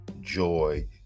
joy